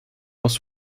was